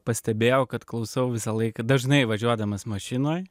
pastebėjau kad klausau visą laiką dažnai važiuodamas mašinoj